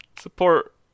Support